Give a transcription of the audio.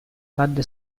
cadde